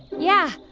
yeah.